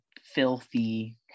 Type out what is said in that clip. filthy